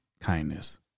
kindness